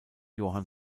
johann